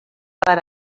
per